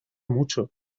mucho